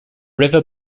river